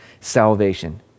salvation